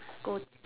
gu~